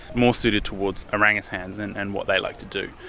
more suited towards orangutans and and what they like to do.